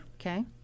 Okay